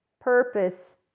purpose